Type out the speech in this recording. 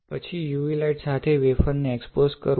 પછી UV light સાથે wafer ને એક્સ્પોઝ કરવુ